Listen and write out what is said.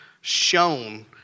shown